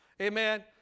Amen